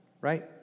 Right